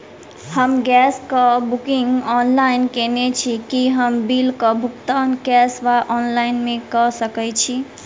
हम गैस कऽ booking online केने छी, की हम बिल कऽ भुगतान कैश वा ऑफलाइन मे कऽ सकय छी?